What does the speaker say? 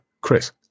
Chris